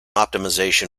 optimization